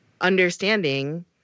understanding